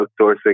outsourcing